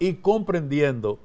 equal but in the end the